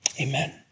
amen